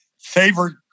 favorite